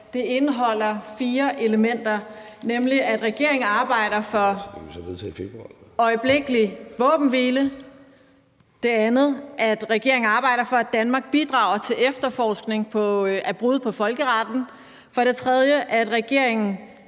Det er for det første, at regeringen arbejder for øjeblikkelig våbenhvile, for det andet, at regeringen arbejder for, at Danmark bidrager til efterforskning af brud på folkeretten, for det tredje, at regeringen